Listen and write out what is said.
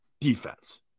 Defense